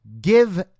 give